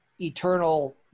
eternal